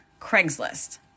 Craigslist